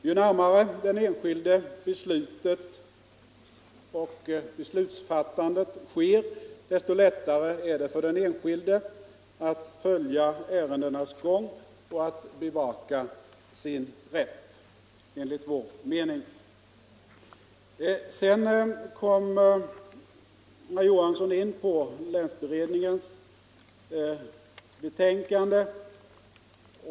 Ju närmare den enskilde beslutsfattandet sker, desto lättare är det enligt vår mening för den enskilde att följa ärendenas gång och att bevaka sin rätt. Sedan kom herr Johansson i Trollhättan in på länsberedningens betänkande.